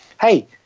Hey